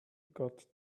got